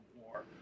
War